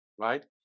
right